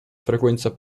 frequenza